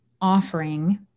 offering